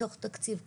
מתוך תקציב קניות,